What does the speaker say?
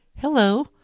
Hello